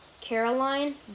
caroline